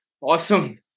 Awesome